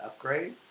upgrades